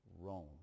Rome